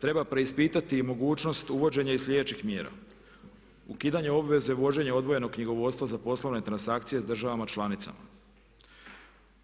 Treba preispitati mogućnost uvođenja i sljedećih mjera, ukidanje obveze vođenja odvojenog knjigovodstva za poslovne transakcije sa državama članicama,